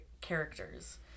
characters